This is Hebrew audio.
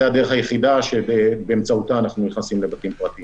הדרך היחידה שבאמצעותה אנחנו נכנסים לבתים פרטיים.